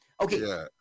Okay